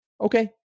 Okay